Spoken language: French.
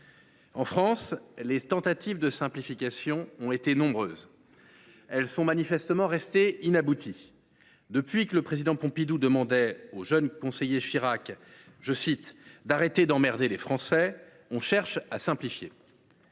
En France, les tentatives de simplification ont été nombreuses. Elles sont manifestement restées inabouties. Depuis que le Président Pompidou a demandé au jeune conseiller Chirac « d’arrêter d’emmerder les Français », on cherche à simplifier.